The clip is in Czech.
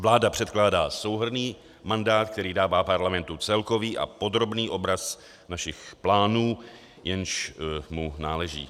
Vláda předkládá souhrnný mandát, který dává Parlamentu celkový a podrobný obraz našich plánů, jenž mu náleží.